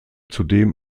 zudem